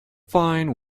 fine